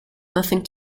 nothing